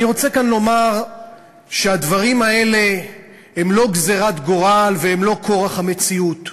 אני רוצה כאן לומר שהדברים האלה הם לא גזירת גורל והם לא כורח המציאות.